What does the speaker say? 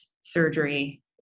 surgery